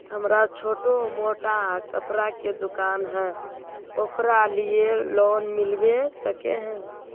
हमरा छोटो मोटा कपड़ा के दुकान है ओकरा लिए लोन मिलबे सके है?